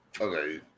Okay